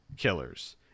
killers